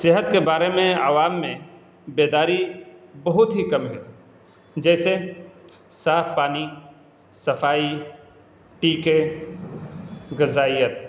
صحت کے بارے میں عوام میں بیداری بہت ہی کم ہے جیسے صاف پانی صفائی ٹیکے غذائیت